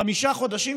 חמישה חודשים,